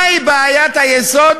מהי בעיית היסוד